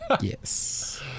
Yes